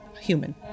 human